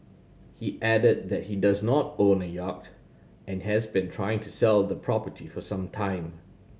he added that he does not own a yacht and has been trying to sell the property for some time